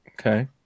Okay